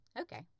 Okay